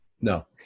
No